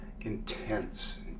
intense